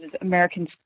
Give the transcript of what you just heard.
Americans